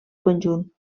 conjunt